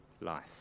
life